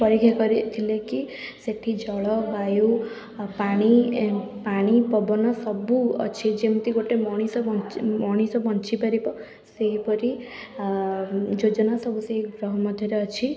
ପରୀକ୍ଷା କରି ଥିଲେକି ସେଇଠି ଜଳବାୟୁ ଆଉ ପାଣି ଏ ପାଣି ପବନ ସବୁ ଅଛି ଯେମତି ଗୋଟେ ମଣିଷ ବଞ୍ଚି ମଣିଷ ବଞ୍ଚିପାରିବ ସେହିପରି ଯୋଜନା ସବୁ ସେ ଗ୍ରହ ମଧ୍ୟରେ ଅଛି